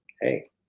Hey